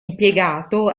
impiegato